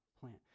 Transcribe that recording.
plant